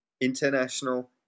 International